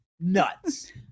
nuts